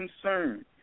concerned